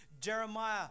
Jeremiah